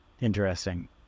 Interesting